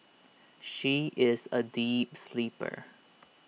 she is A deep sleeper